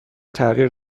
تغییر